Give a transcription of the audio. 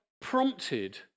prompted